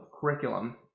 curriculum